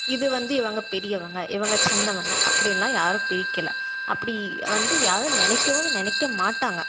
இது வந்து இவங்க பெரியவங்கள் இவங்க சின்னவங்கள் அப்படின்லாம் யாரும் பிரிக்கலை அப்படி வந்து யாரும் நினைக்கவும் நினைக்க மாட்டாங்க